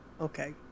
okay